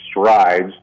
strides